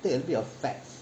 take a bit of fats